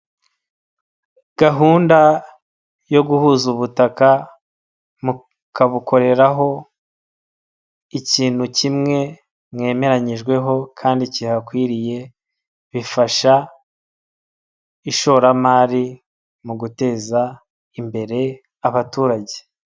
Gahunda yo guhuza ubutaka mukabukoreraho ikintu kimwe mwemeranyijweho kandi kihakwiriye, bifasha ishoramari mu guteza imbere abaturage.